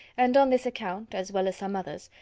and on this account, as well as some others,